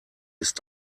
ist